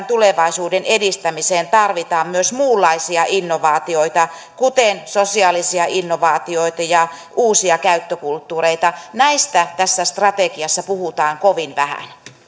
tulevaisuuden edistämiseen tarvitaan myös muunlaisia innovaatioita kuten sosiaalisia innovaatioita ja uusia käyttökulttuureita näistä tässä strategiassa puhutaan kovin vähän